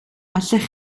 allech